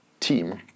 Team